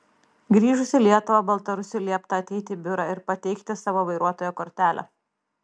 grįžus į lietuvą baltarusiui liepta ateiti į biurą ir pateikti savo vairuotojo kortelę